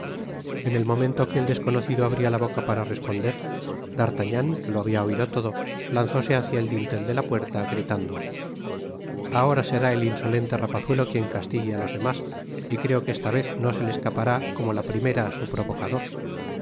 en el momento que el desconocido abria la boca para responder d'artagnan que lo habia oido todo lanzóse hacia el dintel de la puerta gritando ahora será el insolente rapazuelo quien castigue a los demás y creo que esta vez no se le escapará como la primera su provocador